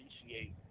appreciate